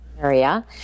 area